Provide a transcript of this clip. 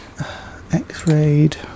X-rayed